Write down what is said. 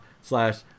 slash